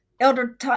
elder